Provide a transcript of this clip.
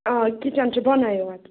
آ کِچَن چھُ بۅنے یوت